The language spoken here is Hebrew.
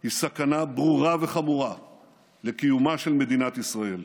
היא סכנה ברורה וחמורה לקיומה של מדינת ישראל.